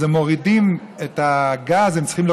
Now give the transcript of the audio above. אז הם צריכים להוריד את הגז.